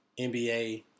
NBA